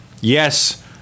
yes